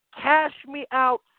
cash-me-out